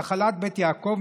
נחלת בית יעקב,